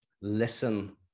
listen